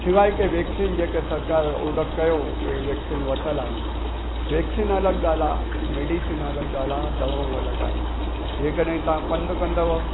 सवाइ हिकु वैक्सीन जेके सरकार ऑडर कयो वैक्सीन वरितल आहे वैक्सीन अलॻि ॻाल्हि आहे मेडिसिन अलॻि ॻाल्हि आहे दवाऊं अलॻि आहिनि जेकॾहिं तव्हां पंधु कंदव